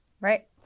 Right